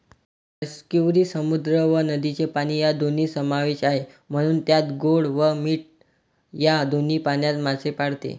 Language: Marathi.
आस्कियुरी समुद्र व नदीचे पाणी या दोन्ही समावेश आहे, म्हणून त्यात गोड व मीठ या दोन्ही पाण्यात मासे पाळते